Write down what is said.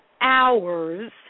hours